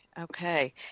Okay